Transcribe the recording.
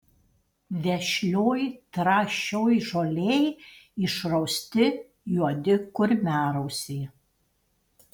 vešlioj trąšioj žolėj išrausti juodi kurmiarausiai